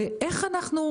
אתה היית שם ב-2014?